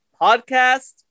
podcast